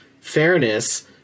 fairness